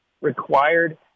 required